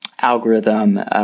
algorithm